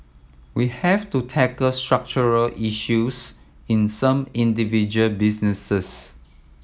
we have to tackle structural issues in some individual businesses